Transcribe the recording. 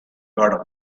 god